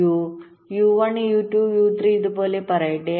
U u1 u2 u3 ഇതുപോലെ പറയട്ടെ